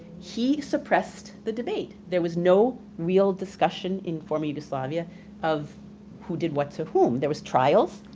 he suppressed the debate. there was no real discussion in former yugoslavia of who did what to whom. there was trials,